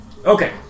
Okay